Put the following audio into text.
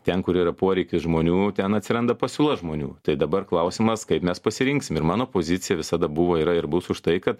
ten kur yra poreikis žmonių ten atsiranda pasiūla žmonių tai dabar klausimas kaip mes pasirinksim ir mano pozicija visada buvo yra ir bus už tai kad